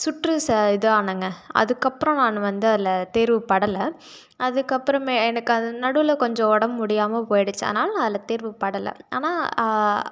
சுற்று ச இதானேங்க அதுக்கப்புறம் நான் வந்து அதில் தேர்வுப்படலை அதுக்கப்புறமே எனக்கு அது நடுவில் கொஞ்சம் உடம்பு முடியாமல் போய்டுச்சி அதனால நான் அதில் தேர்வுப்படலை ஆனால்